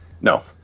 No